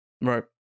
right